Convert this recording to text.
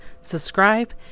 subscribe